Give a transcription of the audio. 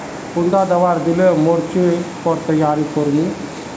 कुंडा दाबा दिले मोर्चे पर तैयारी कर मो?